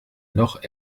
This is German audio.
noch